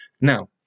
Now